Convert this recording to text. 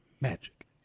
magic